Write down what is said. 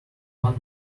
one